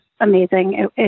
amazing